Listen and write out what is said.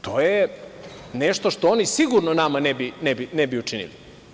To je nešto što oni sigurno nama ne bi učinili.